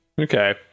Okay